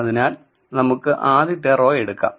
അതിനാൽ നമുക്ക് ആദ്യത്തെ റോ എടുക്കാം